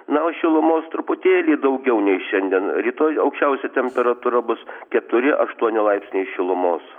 na o šilumos truputėlį daugiau nei šiandien rytoj aukščiausia temperatūra bus keturi aštuoni laipsniai šilumos